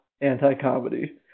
Anti-comedy